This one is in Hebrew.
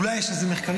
אולי יש על זה מחקרים,